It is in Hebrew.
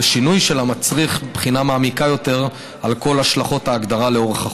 ושינוי שלה מצריך בחינה מעמיקה יותר על כל השלכות ההגדרה לאורך החוק.